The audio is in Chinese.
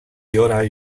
由来